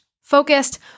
focused